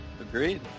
Agreed